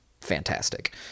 fantastic